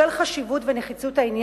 בשל חשיבות העניין ונחיצותו,